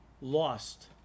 lost